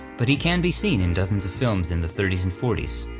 but he can be seen in dozens of films in the thirty s and forty s,